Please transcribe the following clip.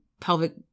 pelvic